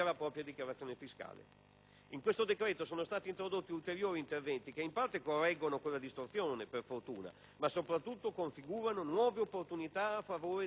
In questo decreto sono stati introdotti ulteriori interventi, che in parte correggono quella distorsione per fortuna, ma soprattutto configurano nuove opportunità a favore dei contribuenti scorretti.